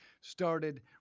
started